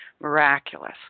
miraculous